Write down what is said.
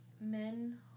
men